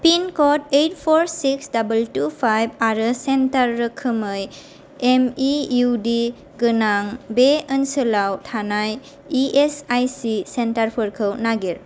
पिनक'ड eight four six दाबोल two five आरो centre रोखोमै एमइइउडी गोनां बे ओनसोलाव थानाय इएसआइसि सेन्टारफोरखौ नागिर